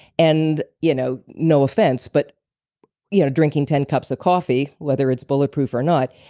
and, you know no offense, but yeah drinking ten cups of coffee, whether it's bulletproof or not,